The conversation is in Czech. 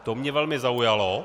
To mě velmi zaujalo.